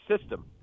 system